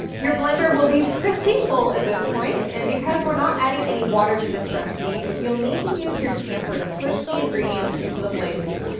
your blender will be pretty full at this point and because we're not adding any water to this recipe, you'll need to use your tamper to push the ingredients into the blades.